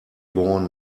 born